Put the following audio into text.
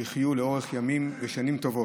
שיחיו לאורך ימים ושנים טובות,